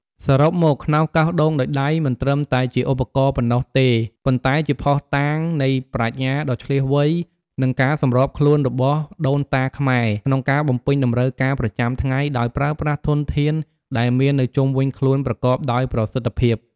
សរុបមក ខ្នោសកោសដូងដោយដៃមិនត្រឹមតែជាឧបករណ៍ប៉ុណ្ណោះទេ ប៉ុន្តែជាភស្តុតាងនៃប្រាជ្ញាដ៏ឈ្លាសវៃ និងការសម្របខ្លួនរបស់ដូនតាខ្មែរក្នុងការបំពេញតម្រូវការប្រចាំថ្ងៃ ដោយប្រើប្រាស់ធនធានដែលមាននៅជុំវិញខ្លួនប្រកបដោយប្រសិទ្ធភាព។